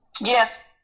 Yes